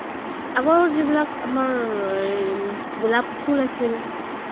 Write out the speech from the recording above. আগৰ যিবিলাক আমাৰ গোলাপ ফুল আছিল